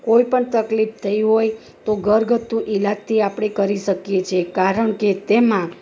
કોઈ પણ તકલીફ થઈ હોય તો ઘરગથ્થું ઇલાજથી આપણે કરી શકીએ છે કારણ કે તેમાં